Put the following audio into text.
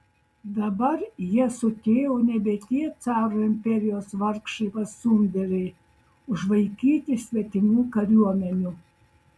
dabar jie su tėvu nebe tie caro imperijos vargšai pastumdėliai užvaikyti svetimų kariuomenių